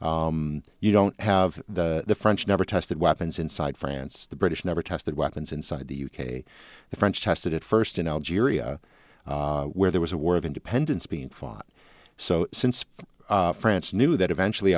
you don't have the french never tested weapons inside france the british never tested weapons inside the u k the french tested it first in algeria where there was a war of independence being fought so since france knew that eventually